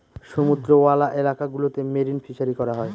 সমুদ্রওয়ালা এলাকা গুলোতে মেরিন ফিসারী করা হয়